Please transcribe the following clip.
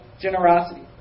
generosity